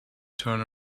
turn